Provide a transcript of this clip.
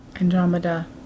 Andromeda